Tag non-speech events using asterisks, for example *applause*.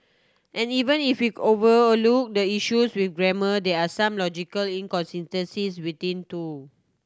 and even if we *hesitation* over a look the issues with grammar there are some logical inconsistencies within too